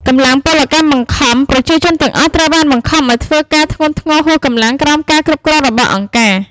កម្លាំងពលកម្មបង្ខំ ប្រជាជនទាំងអស់ត្រូវបានបង្ខំឱ្យធ្វើការធ្ងន់ធ្ងរហួសកម្លាំង ក្រោមការគ្រប់គ្រងរបស់អង្គការ។